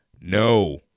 no